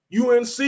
UNC